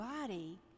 body